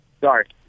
Sorry